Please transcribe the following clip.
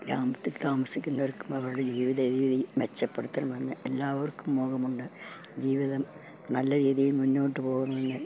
ഗ്രാമത്തിൽ താമസിക്കുന്നവർക്കും അവരുടെ ജീവിത രീതി മെച്ചപ്പെടുത്തണമെന്ന് എല്ലാവർക്കും മോഹമുണ്ട് ജീവിതം നല്ല രീതിയിൽ മുന്നോട്ട് പോകണമെന്ന്